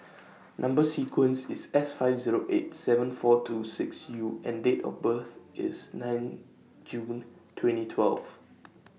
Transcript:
Number sequence IS S five Zero eight seven four two six U and Date of birth IS nine June twenty twelve